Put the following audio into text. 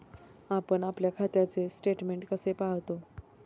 आपण आपल्या खात्याचे स्टेटमेंट कसे पाहतो?